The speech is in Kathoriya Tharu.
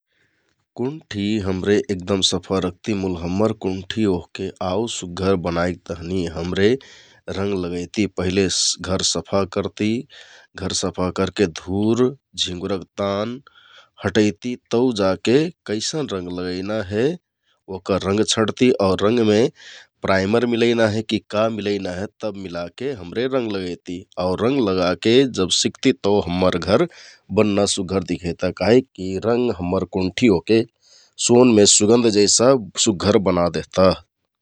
कुन्ठि हमरे एगदम सफा रखति मुल हम्मर कुन्ठि ओहके आउ सुग्घर बनाइक तहनि हमरे रंग लगैति । पहिले घर सफा करति, घर सफा करके धुर, झिंगुरक तान हटैति तौ जाके कैसन रंग लगैना हे ओहका रंग छँटति आउर रंगमे प्राइमर मिलैना है कि किा मिलेना हे तब मिलाके हमरे रंग लगैति । रंग लगाके जब सिकति तौ घर बन्‍ना सुग्घर दिखैता काहिककि यि रंग हम्मर कुन्ठि ओहके सोनमे सुगन्ध जैसन सब सुग्घर बना देहता ।